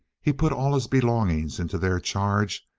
he put all his belongings into their charge,